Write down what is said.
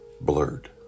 blurred